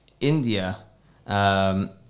India